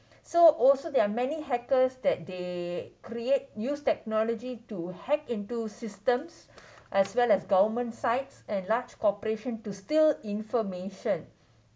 so also there are many hackers that they create new technology to hack into systems as well as government sites and large corporations to steal information